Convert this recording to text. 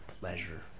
pleasure